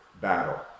battle